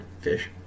fish